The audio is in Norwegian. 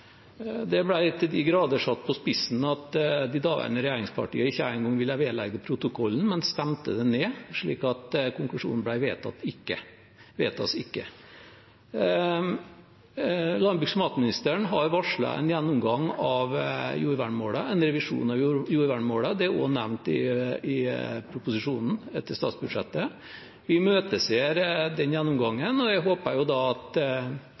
Det ble så til de grader satt på spissen at de daværende regjeringspartiene ikke engang ville vedlegge det protokollen, men stemte det ned, slik at konklusjonen ble «vedtas ikke». Landbruks- og matministeren har varslet en gjennomgang av jordvernmålet, en revisjon av jordvernmålet. Det er også nevnt i proposisjonen til statsbudsjettet. Vi imøteser den gjennomgangen, og jeg håper at vi kan få det på bordet i løpet av vårsemesteret, uten at